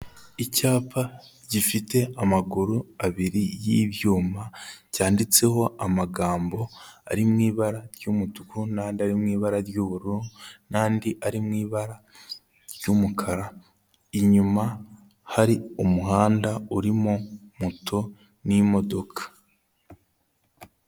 Icyapa gifite amaguru abiri y'ibyuma cyanditseho amagambo ari mu'i ibara ry'umutuku n'adi ari mu ibara ry'ubururu, n'andi ari mu ibara ry'umukara, inyuma hari umuhanda urimo moto n'imodoka.